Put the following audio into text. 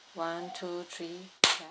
one two three